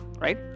right